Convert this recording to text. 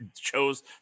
chose